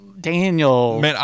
Daniel